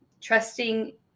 trusting